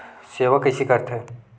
सेवा कइसे करथे?